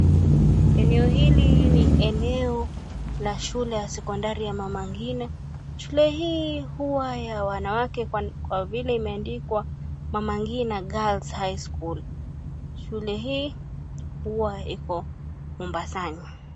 Eneo hili ni eneo na shule ya Sekondari ya Mama Ngina, shule hii huwa ya wanawake kwa vile imeandikwa, MAMA NGINA GIRLS HIGH SCHOOL. Shule hii huwa iko Mombasani.